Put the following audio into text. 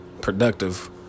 productive